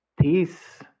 peace